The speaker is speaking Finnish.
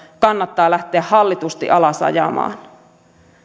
kannattaa lähteä hallitusti alas ajamaan